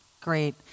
Great